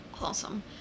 Awesome